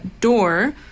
door